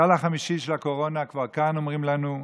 הגל החמישי של הקורונה כבר כאן, אומרים לנו,